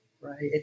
Right